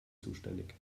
zuständig